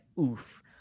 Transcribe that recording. oof